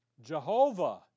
Jehovah